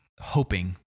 hoping